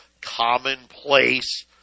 commonplace